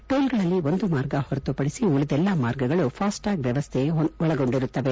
ಟೋಲ್ಗಳಲ್ಲಿ ಒಂದು ಮಾರ್ಗ ಹೊರತುಪಡಿಸಿ ಉಳಿದೆಲ್ಲಾ ಮಾರ್ಗಗಳು ಫಾಸ್ಟ್ಲಾಗ್ ವ್ಠವಸ್ಥೆ ಒಳಗೊಂಡಿರುತ್ತವೆ